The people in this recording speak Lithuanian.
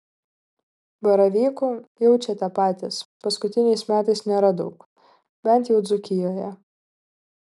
baravykų jaučiate patys paskutiniais metais nėra daug bent jau dzūkijoje